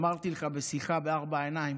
אמרתי לך בשיחה בארבע עיניים: